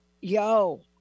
Yo